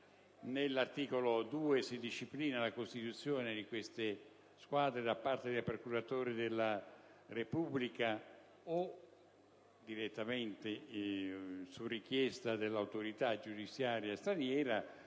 Nell'articolo 2 si disciplina la costituzione di queste squadre da parte del procuratore della Repubblica, direttamente o su richiesta dell'autorità giudiziaria straniera,